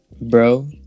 bro